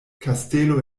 kastelo